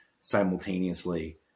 simultaneously